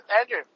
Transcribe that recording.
Andrew